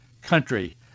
country